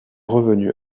revenu